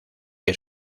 que